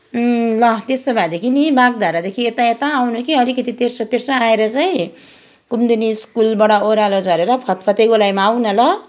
ल त्यसो भएदेखि नि बागधारादेखि यता यता आउनु कि अलिकति तेर्सो तेर्सो आएर चाहिँ कुमुदिनी स्कुलबाट ओह्रालो झरेर फतफते गोलाईमा आऊ न ल